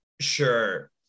Sure